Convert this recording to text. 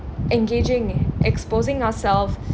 engaging exposing ourself